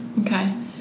Okay